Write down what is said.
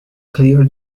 clear